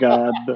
God